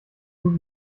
gut